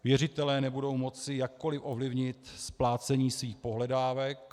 Věřitelé nebudou moci jakkoli ovlivnit splácení svých pohledávek.